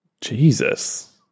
Jesus